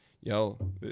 yo